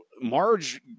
Marge